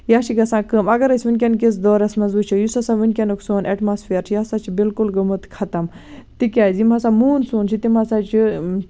یا چھِ گژھان کٲم اَگر أسۍ وٕنکیٚن کِس دورَس منٛز وُچھو یُس ہسا وٕنکیٚن یہِ سون ایٹماسفِیر چھُ یہِ سا چھُ بِلکُل گوٚمُت خَتم تِکیازِ یِم ہسا موٗنسوٗن چھِ تِم ہسا چھِ